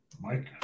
Mike